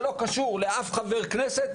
זה לא קשור לאף חבר כנסת,